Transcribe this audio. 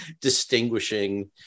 distinguishing